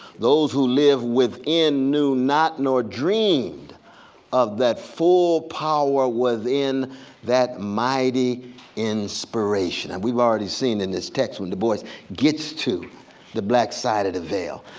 those who live within knew not nor dreamed of that full power within that mighty inspiration. and we've already seen in this text when du bois gets to the black side of the veil.